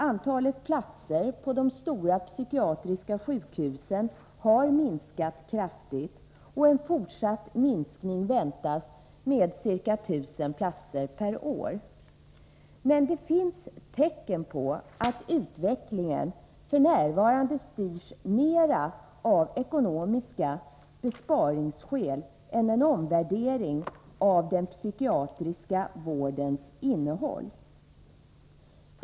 Antalet platser på de stora psykiatriska sjukhusen har minskat kraftigt. En fortsatt minskning med ca 1 000 platser per år väntas. Men det finns tecken på att utvecklingen f. n. styrs mera av ekonomiska besparingsskäl än av behovet av en omvärdering av den psykiatriska vårdens innehåll.